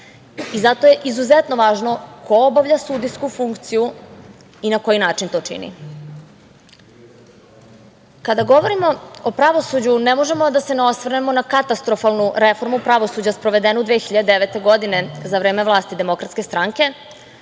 i zato je izuzetno važno ko obavlja sudijsku funkciju i na koji način to čini. Kada govorimo o pravosuđu, ne možemo a da se ne osvrnemo na katastrofalnu reformu pravosuđa sprovedenu 2009. godine, za vreme vlasti Demokratske stranke,